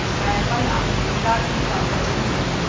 PayPal America की company है